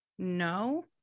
No